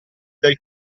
del